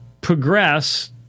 progress